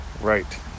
Right